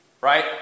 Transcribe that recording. Right